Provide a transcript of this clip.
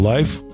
Life